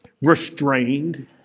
restrained